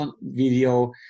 video